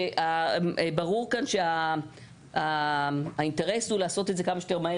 שאני חושבת שברור כאן שהאינטרס הוא לעשות את זה כמה שיותר מהר